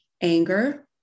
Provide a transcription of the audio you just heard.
anger